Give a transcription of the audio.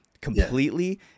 completely